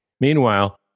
Meanwhile